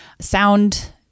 sound